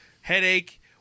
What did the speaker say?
headache